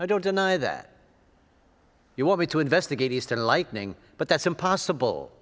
i don't deny that you want me to investigate eastern lightning but that's impossible